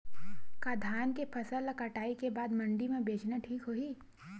का धान के फसल ल कटाई के बाद मंडी म बेचना ठीक होही?